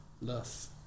love